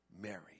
Mary